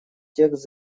текст